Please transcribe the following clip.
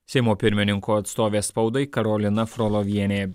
seimo pirmininkų atstovė spaudai karolina frolovienė